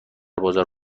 بازار